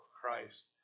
Christ